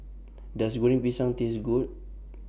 Does Goreng Pisang Taste Good